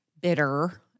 bitter